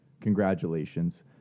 Congratulations